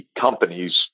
companies